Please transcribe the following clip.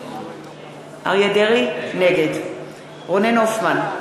נגד רונן הופמן,